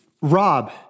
Rob